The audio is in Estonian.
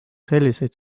selliseid